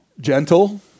gentle